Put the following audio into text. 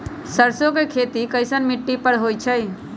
सरसों के खेती कैसन मिट्टी पर होई छाई?